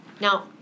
Now